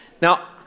Now